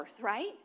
right